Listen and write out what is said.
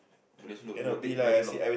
very slow it will take very long